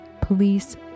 police